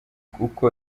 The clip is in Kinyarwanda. uko